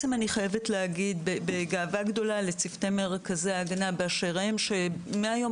אני חייבת להגיד בגאווה גדולה לצוותי מרכזי ההגנה באשר הם שמהיום